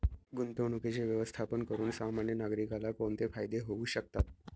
गुंतवणुकीचे व्यवस्थापन करून सामान्य नागरिकाला कोणते फायदे होऊ शकतात?